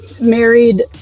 married